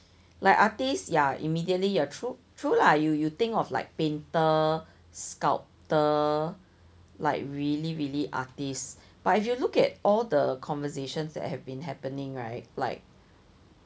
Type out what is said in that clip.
like artist ya immediately ya true true lah you you think of like being the painter sculptor like really really artist but if you look at all the conversations that have been happening right like